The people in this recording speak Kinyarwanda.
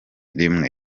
rimwe